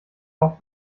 auch